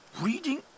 Reading